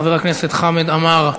חבר הכנסת חמד עמאר,